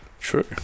True